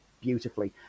beautifully